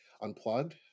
Unplugged